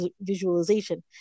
visualization